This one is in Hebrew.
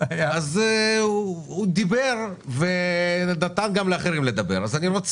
לא מבחני התמיכה